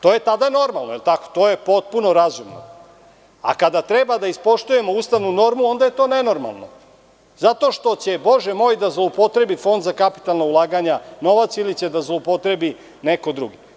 To je tada normalno, to je potpuno razumno, a kada treba da ispoštujemo ustavnu normu onda je to nenormalno zato što će, bože moj, da zloupotrebi Fond za kapitalna ulaganja novac ili će da zloupotrebi neko drugi.